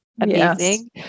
amazing